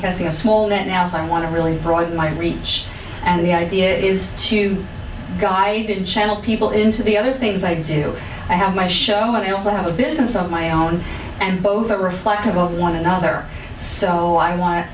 casting a small net as i want to really provide my reach and the idea is to guide the channel people into the other things i do i have my show and i also have a business of my own and both are reflective of one another so i want